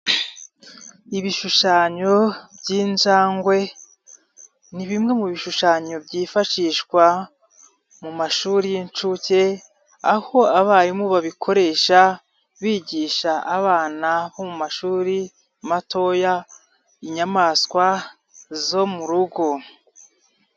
Ibishushanyo by'injangwe, ni bimwe mu bishushanyo byifashishwa mu mashuri y'incuke. Aho abarimu babikoresha bigisha abana bo mu mashuri matoya, inyamaswa zo mu rugo.